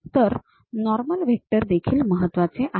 तर normal vector देखील महत्वाचे आहेत